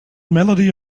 melody